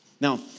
Now